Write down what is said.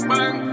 Bang